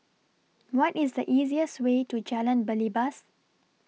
What IS The easiest Way to Jalan Belibas